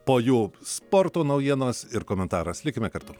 po jų sporto naujienos ir komentaras likime kartu